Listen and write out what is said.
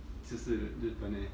就是日本 leh